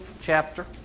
chapter